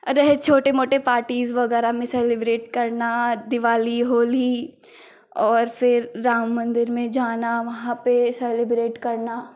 रही छोटी मोटी पार्टीज़ वग़ैरह में सेलिब्रेट करना दिवाली होली और फिर राम मन्दिर में जाना वहाँ पर सेलिब्रेट करना